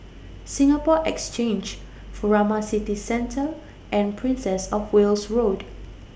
Singapore Exchange Furama City Centre and Princess of Wales Road